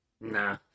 nah